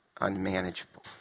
unmanageable